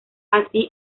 así